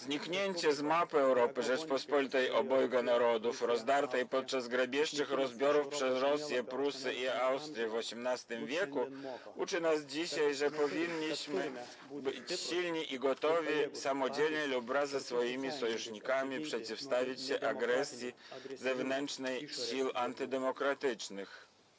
Zniknięcie z mapy Europy Rzeczypospolitej Obojga Narodów rozdartej podczas grabieżczych rozbiorów przez Rosję, Prusy i Austrię w XVIII w. uczy nas dzisiaj, że powinniśmy być silni i gotowi samodzielnie lub wraz ze swoimi sojusznikami przeciwstawić się agresji zewnętrznej sił antydemokratycznych.